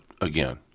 again